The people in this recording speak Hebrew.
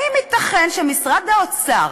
האם ייתכן שמשרד האוצר